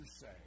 say